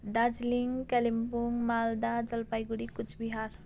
Darjeeling Kalimpong Malda Jalpaiguri Cooch Bihar